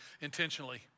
intentionally